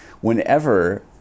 whenever